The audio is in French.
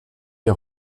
des